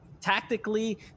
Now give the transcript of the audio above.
tactically